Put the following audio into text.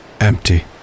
empty